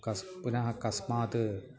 कस् पुनः कस्मात्